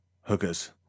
hookers